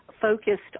focused